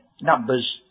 Numbers